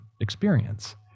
experience